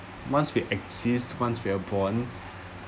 must be exist once we are born